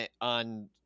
on